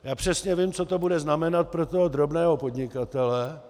Já přesně vím, co to bude znamenat pro toho drobného podnikatele.